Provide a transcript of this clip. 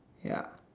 ya